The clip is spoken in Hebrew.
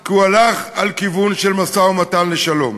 כי הוא הלך על כיוון של משא-ומתן לשלום.